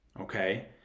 okay